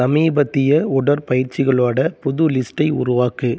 சமீபத்திய உடற்பயிற்சிகளோட புது லிஸ்ட்டை உருவாக்கு